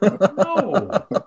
No